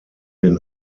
den